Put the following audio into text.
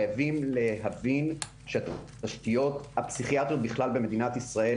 חייבים להבין שהתשתיות הפסיכיאטריות בכלל במדינת ישראל